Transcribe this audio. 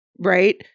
right